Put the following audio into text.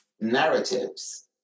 narratives